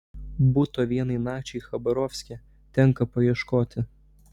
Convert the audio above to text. buto vienai nakčiai chabarovske tenka paieškoti